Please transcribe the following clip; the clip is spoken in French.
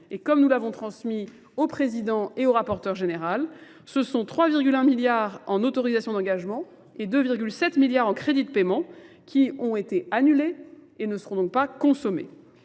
et comme nous l'avons transmis au président et au rapporteur général, ce sont 3,1 milliards en autorisation d'engagement et 2,7 milliards en crédit de paiement qui ont été annulés et ne seront donc pas consommés.